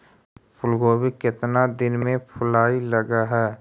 फुलगोभी केतना दिन में फुलाइ लग है?